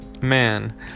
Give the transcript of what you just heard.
man